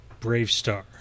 Bravestar